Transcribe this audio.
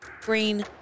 green